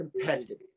competitive